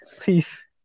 Please